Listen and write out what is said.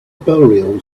burial